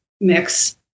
mix